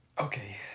okay